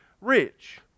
rich